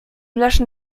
löschen